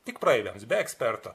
tik praeiviams be eksperto